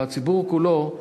אלא הציבור כולו,